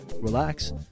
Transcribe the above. relax